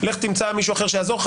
לך תמצא מישהו אחר שיעזור לך,